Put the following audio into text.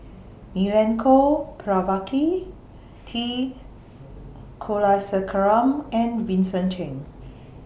Milenko Prvacki T Kulasekaram and Vincent Cheng